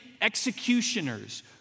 executioners